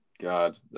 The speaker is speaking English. God